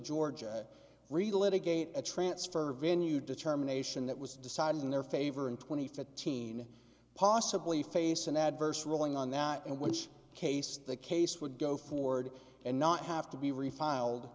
a transfer venue determination that was decided in their favor and twenty fifteen possibly face an adverse ruling on that which case the case would go forward and not have to be refiled